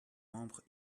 membres